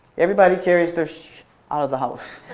everybody carries their shit out of the house.